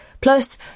Plus